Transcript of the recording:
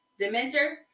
dementor